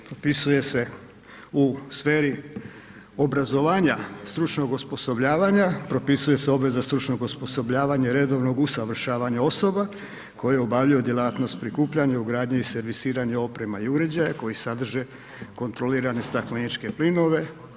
Propisuje se u sferi obrazovanja, stručnog osposobljavanja, propisuje se obveza stručnog osposobljavanja i redovnog usavršavanja osoba koje obavljaju djelatnost prikupljanja, ugradnje i servisiranje oprema i uređaja koji sadrže kontrolirane stakleničke plinove.